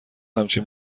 همچین